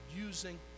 using